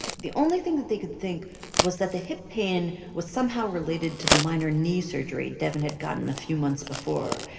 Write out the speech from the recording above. the only thing that they could think was that the hip pain was somehow related to the minor knee surgery devyn had gotten a few months before.